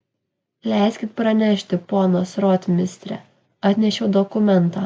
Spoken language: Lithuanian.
leiskit pranešti ponas rotmistre atnešiau dokumentą